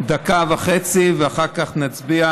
דקה וחצי ואחר כך נצביע.